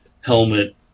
Helmet